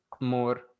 more